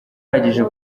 uhagije